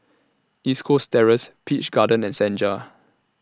East Coast Terrace Peach Garden and Senja